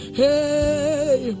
hey